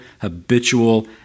habitual